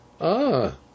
Ah